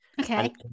okay